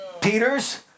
Peter's